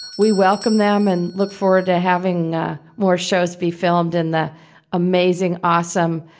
we welcome them and look forward to having more shows be filmed in the amazing, awesome,